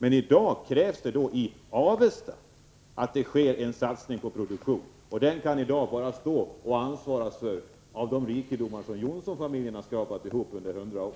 I dag krävs det att det i Avesta sker en satsning på produktion. Detta kan bara genomföras med hjälp av de rikedomar som Johnsonfamiljen har skrapat ihop under hundra år.